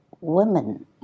women